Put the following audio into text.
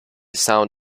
sound